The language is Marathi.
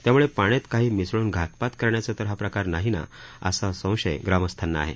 त्यामुळे पाण्यात काही मिसळून घातपात करण्याचा तर हा प्रकार नाही ना असा संशय ग्रामस्थांना आहे